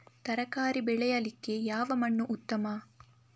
ತರಕಾರಿ ಬೆಳೆಯಲಿಕ್ಕೆ ಯಾವ ಮಣ್ಣು ಉತ್ತಮ?